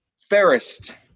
fairest